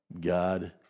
God